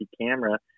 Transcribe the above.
camera